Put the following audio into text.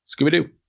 Scooby-Doo